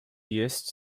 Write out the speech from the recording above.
есть